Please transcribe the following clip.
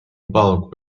bulk